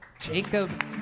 Jacob